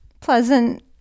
pleasant